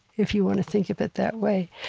if you want to think of it that way.